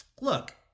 look